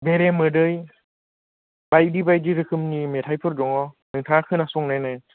बेरे मोदै बायदि बायदि रोखोमनि मेथाइफोर दङ नोंथाङा खोनासंनायनाय